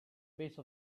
base